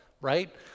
right